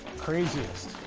craziest?